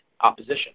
opposition